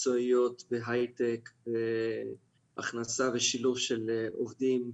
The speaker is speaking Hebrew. מקצועיות בהייטק והכנסה ושילוב של עובדים,